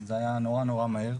זה היה נורא מהר.